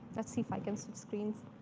let's see if i can switch screens.